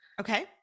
okay